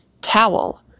Towel